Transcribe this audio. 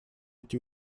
эти